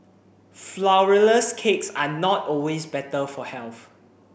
Flourless cakes are not always better for health